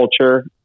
culture